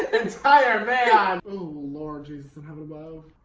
entire man. oh lord jesus in heaven above.